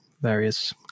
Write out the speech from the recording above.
various